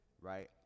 right